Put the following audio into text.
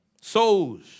souls